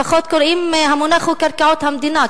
לפחות, המונח הוא קרקעות המדינה.